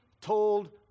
told